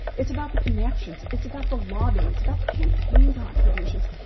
it's about the connections. it's about the lobbying. it's about the campaign contributions.